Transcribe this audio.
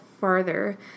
farther